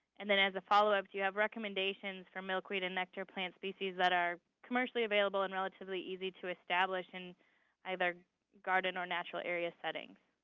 and then as a followup, do you have recommendations for milkweed and nectar plant species that are commercially available and relatively easy to establish in either garden or natural area settings?